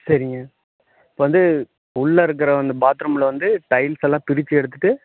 சரிங்க இப்போ வந்து உள்ளே இருக்கிற அந்த பாத்ரூமில் வந்து டைல்ஸ்ஸெல்லாம் பிரித்து எடுத்துவிட்டு